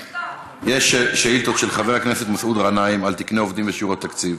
יש שאילתות של חבר הכנסת מסעוד גנאים על תקני עובדים ושיעורי התקציב,